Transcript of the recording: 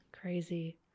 Crazy